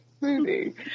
movie